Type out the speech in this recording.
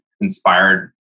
inspired